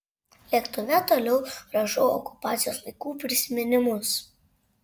lėktuve toliau rašau okupacijos laikų prisiminimus